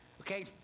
okay